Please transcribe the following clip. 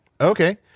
Okay